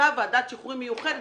אותה ועדת שחרורים מיוחדת,